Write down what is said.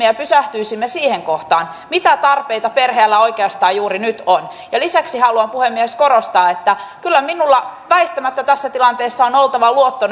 ja pysähtyisimme siihen kohtaan mitä tarpeita perheellä oikeastaan juuri nyt on lisäksi haluan puhemies korostaa että kyllä minulla väistämättä tässä tilanteessa on oltava luotto